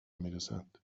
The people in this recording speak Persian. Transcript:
میرسند